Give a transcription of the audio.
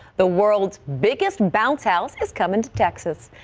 the world's biggest bounce house is coming to texas.